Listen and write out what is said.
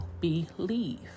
believe